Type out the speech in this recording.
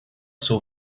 seu